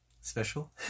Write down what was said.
special